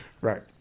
Right